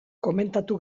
komentatu